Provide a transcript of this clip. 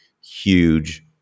huge